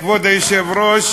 כבוד היושבת-ראש,